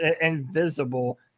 invisible